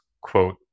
quote